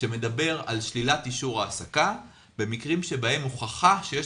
שמדבר על שלילת אישור העסקה במקרים בהם הוכחה שיש